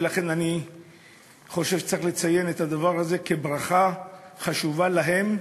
ולכן אני חושב שצריך לציין את הדבר הזה כברכה חשובה להם,